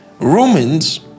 Romans